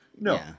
No